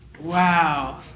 Wow